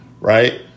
right